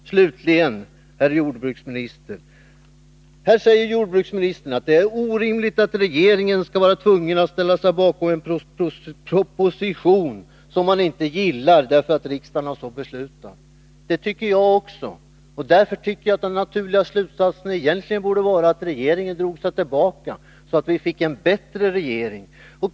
Jordbruksministern säger att det är orimligt att regeringen skall vara tvungen att ställa sig bakom en proposition som den inte gillar, därför att riksdagen en gång har fattat ett beslut. Det tycker jag också, och den naturliga slutsatsen borde vara att regeringen drog sig tillbaka, så att vi fick en bättre regering.